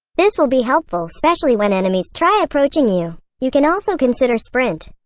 this will be helpful specially when enemies try approaching you. you can also consider sprint.